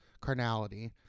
carnality